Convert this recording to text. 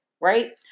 Right